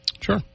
Sure